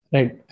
Right